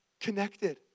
connected